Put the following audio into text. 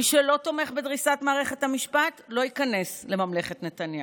מי שלא תומך בדריסת מערכת המשפט לא ייכנס לממלכת נתניהו.